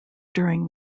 during